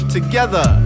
Together